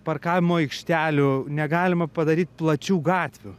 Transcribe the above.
parkavimo aikštelių negalima padaryt plačių gatvių